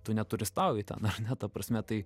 tu neturistauji ten ar ne ta prasme tai